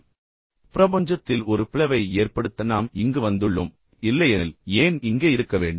அவர் கூறுகிறார் பிரபஞ்சத்தில் ஒரு பிளவை ஏற்படுத்த நாம் இங்கு வந்துள்ளோம் இல்லையெனில் ஏன் இங்கே இருக்க வேண்டும்